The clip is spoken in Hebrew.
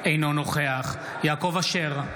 אינו נוכח יעקב אשר,